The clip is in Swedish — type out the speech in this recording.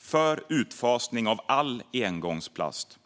för utfasning av all engångsplast.